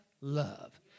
love